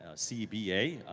cba.